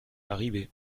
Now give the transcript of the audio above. arrivé